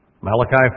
Malachi